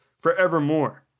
forevermore